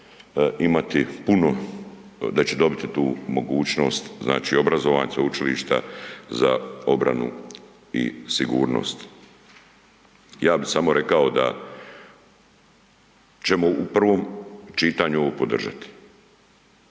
imati puno, da će dobiti tu mogućnost znači obrazovanja sveučilišta za obranu i sigurnost. Ja bi samo rekao da ćemo u prvom čitanju ovo podržati.